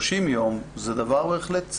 30 יום זה זמן בהחלט סביר.